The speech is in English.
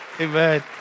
Amen